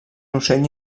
ocell